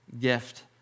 gift